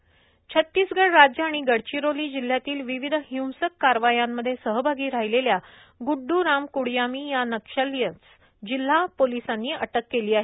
जहाल नक्षली अटक छत्तीसगड राज्य आणि गडचिरोली जिल्ह्यातील विविध हिंसक कारवायांमध्ये सहभागी राहिलेल्या गुडुडू राम क्डयामी या नक्षलीस जिल्हा पोलिसांनी अटक केली आहे